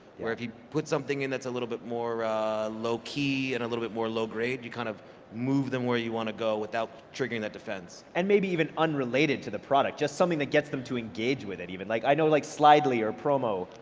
where if you put something in that's a little bit more low-key and a little bit more low-grade, you kind of move them where you want to go without triggering that defense. and maybe even unrelated to the product just something that gets them to engage with it even, like i know like slidely or promo,